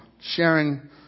sharing